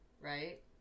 right